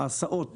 ההסעות